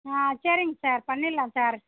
ஆ சரிங்க சார் பண்ணிடலாம் சார்